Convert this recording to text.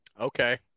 Okay